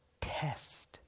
test